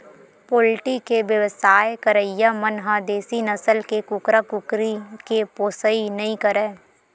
poultry के बेवसाय करइया मन ह देसी नसल के कुकरा, कुकरी के पोसइ नइ करय